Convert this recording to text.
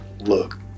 look